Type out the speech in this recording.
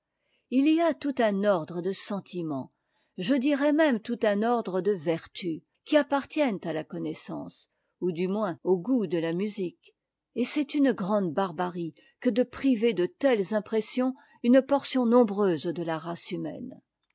u y a tout un ordre de senti ments je dirais même tout un ordre de vertus qui appartiennent à la connaissance ou du moins au goût de la musique et c'est une grande barbarie que de priver de telles impressions'une portion nombreuse de la race humaine